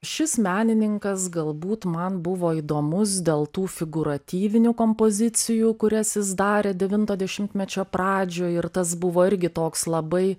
šis menininkas galbūt man buvo įdomus dėl tų figūratyvinių kompozicijų kurias jis darė devinto dešimtmečio pradžioj ir tas buvo irgi toks labai